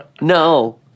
No